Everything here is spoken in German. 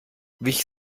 wich